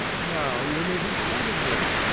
now you are making fun of me.